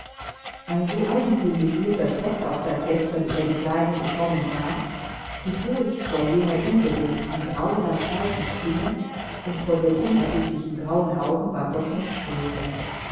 ein so eigentümlich wilder trotz auch seit gestern über die kleine gekommen war die furcht vor jener unbewegten grausam kalten stimme und den unerbittlichen grauen augen war doch noch größer